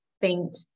faint